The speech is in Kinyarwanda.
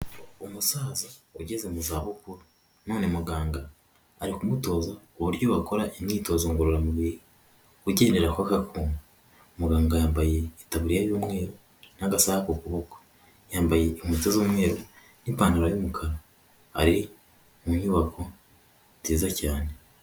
Umusaza ugeze mu za bukuru none muganga ari kumutoza uburyo bakora imyitozo ngororamubiri, ugendera kw'aka kuma muganga yambaye itaburiya y'umweru'agasaaha kukuboko yambaye inkweto z'umweru n'ipantaro y'umukara, ari mu nyubako nziza cyane.